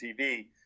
TV